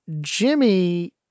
Jimmy